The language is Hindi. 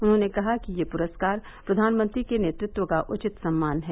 उन्होंने कहा कि ये पुरस्कार प्रधानमंत्री के नेतृत्व का उचित सम्मान है